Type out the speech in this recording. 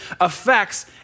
affects